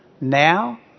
now